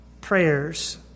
prayers